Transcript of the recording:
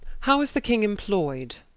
how is the king imployd?